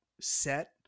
set